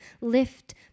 lift